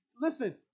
Listen